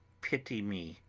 pity me!